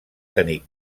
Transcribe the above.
tenir